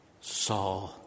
saw